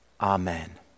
Amen